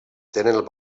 tenen